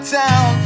town